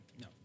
No